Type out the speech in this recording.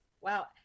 Wow